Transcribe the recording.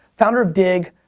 founder of digg,